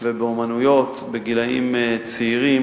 ובאמנויות בגילים צעירים